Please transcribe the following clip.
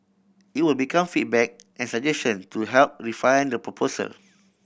it would be come feedback and suggestion to help refine the proposal